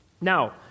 Now